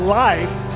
life